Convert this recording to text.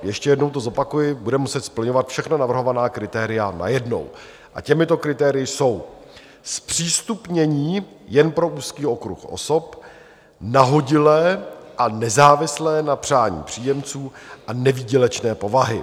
Ještě jednou to zopakuji: bude muset splňovat všechna navrhovaná kritéria najednou, a těmito kritérii jsou: zpřístupnění jen pro úzký okruh osob, nahodile a nezávisle na přání příjemců, a nevýdělečné povahy.